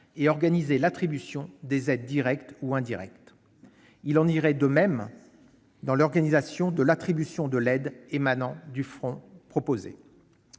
et organiser l'attribution des aides directes ou indirectes. Il en irait de même dans l'organisation de l'attribution de l'aide émanant du fonds proposé.